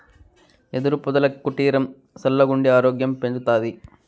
యెదురు పొదల కుటీరం సల్లగుండి ఆరోగ్యం పెంచతాది